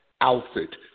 outfit